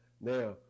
Now